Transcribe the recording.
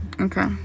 okay